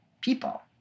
People